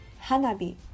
Hanabi